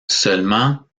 seulement